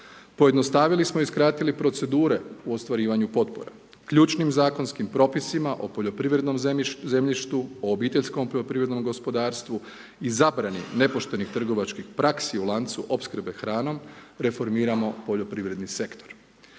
Pojednostavili smo i skratili procedure u ostvarivanju potpora ključnim zakonskim propisima o poljoprivrednom zemljištu, o obiteljskom poljoprivrednom gospodarstvu i zabrani nepoštenih trgovačkih praksi u lancu opskrbe hranom reformiramo poljoprivredni sektor.